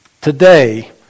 today